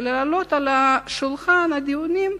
ולהעלות את זה אל שולחן הדיונים,